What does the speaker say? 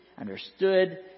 Understood